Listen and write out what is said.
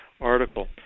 article